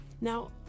Now